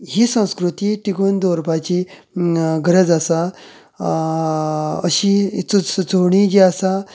ही संस्कृती टिकून दवरपाची गरज आसा अशी सू सुचोवणी जी आसा